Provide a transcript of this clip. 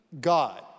God